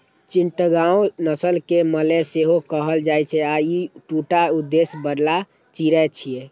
चिटगांव नस्ल कें मलय सेहो कहल जाइ छै आ ई दूटा उद्देश्य बला चिड़ै छियै